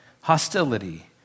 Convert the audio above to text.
hostility